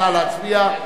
נא להצביע,